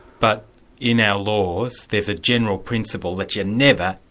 but in our laws, there's a general principle that you never,